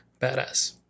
badass